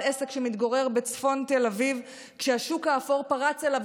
עסק שמתגורר בצפון תל אביב שהשוק האפור פרץ אליו